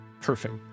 perfect